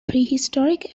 prehistoric